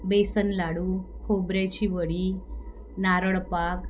बेसन लाडू खोबऱ्याची वडी नारळपाक